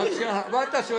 מה אתה רוצה,